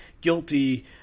guilty